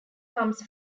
comes